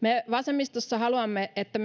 me vasemmistossa haluamme että